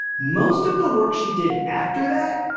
most of the work she did after that